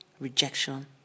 rejection